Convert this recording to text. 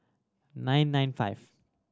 nine nine five